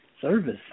Service